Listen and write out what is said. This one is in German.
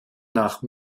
nach